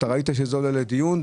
ראית שזה עולה לדיון?